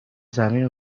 زمین